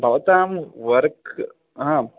भवतां वर्क्